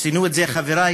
וציינו את זה חברי,